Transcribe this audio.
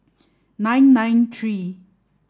nine nine three